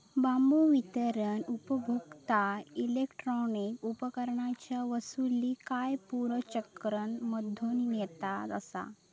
बांबू वितरण उपभोक्ता इलेक्ट्रॉनिक उपकरणांच्या वसूली आणि पुनर्चक्रण मधलो नेता असा